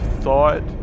thought